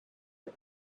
are